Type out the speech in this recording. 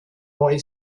boy